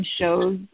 shows